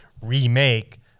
remake